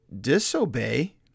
disobey